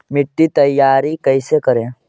मिट्टी तैयारी कैसे करें?